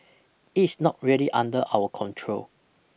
it's not really under our control